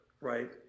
Right